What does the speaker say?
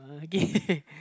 oh okay